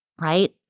Right